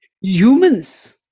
humans